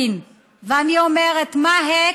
פלסטין תחזור,) ואני אומרת: (אומרת בערבית: מה,